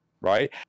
right